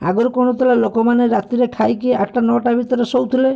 ଆଗରୁ କ'ଣ ହେଉଥିଲା ଲୋକମାନେ ରାତିରେ ଖାଇକି ଆଠଟା ନଅଟା ଭିତରେ ଶୋଉଥିଲେ